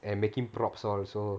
and making properties all also